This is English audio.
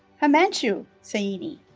himanshu saini